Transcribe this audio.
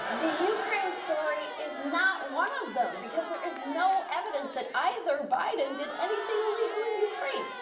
the ukraine story is not one of them, because there is no evidence that either biden did anything illegal in ukraine.